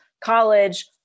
college